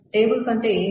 tables అంటే ఏమిటి